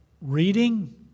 Reading